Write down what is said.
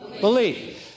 belief